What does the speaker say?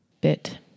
bit